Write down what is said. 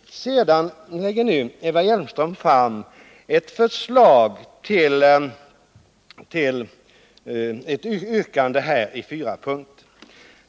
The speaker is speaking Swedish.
Eva Hjelmström lägger nu fram ett yrkande i fyra punkter.